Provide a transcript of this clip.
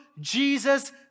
Jesus